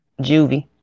Juvie